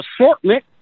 assortment